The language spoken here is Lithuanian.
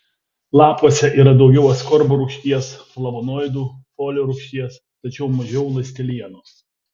lapuose yra daugiau askorbo rūgšties flavonoidų folio rūgšties tačiau mažiau ląstelienos